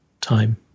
time